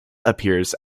appears